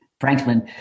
Franklin